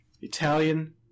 Italian